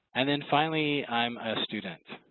and then finally i'm a student.